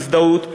הזדהות,